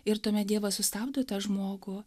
ir tuomet dievas sustabdo tą žmogų